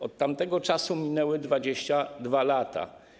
Od tamtego czasu minęły 22 lata.